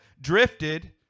drifted